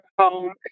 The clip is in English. home